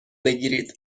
بگیرید